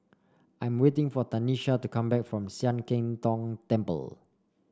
I'm waiting for Tanesha to come back from Sian Keng Tong Temple